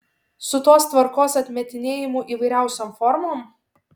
su tos tvarkos atmetinėjimu įvairiausiom formom